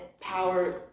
power